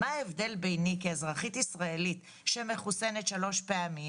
מה ההבדל ביני כאזרחית ישראלית שמחוסנת שלוש פעמים